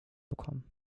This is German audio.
bekommen